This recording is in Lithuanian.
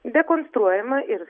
dekonstruojama ir